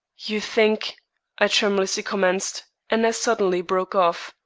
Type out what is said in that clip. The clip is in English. you think i tremulously commenced, and as suddenly broke off.